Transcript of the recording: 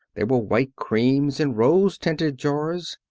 there were white creams in rose-tinted jars.